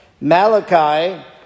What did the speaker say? Malachi